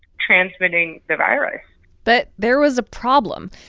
transmitting the virus but there was a problem.